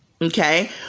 Okay